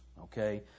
okay